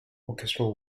orchestral